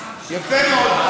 יפה מאוד.